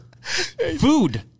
food